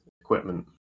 equipment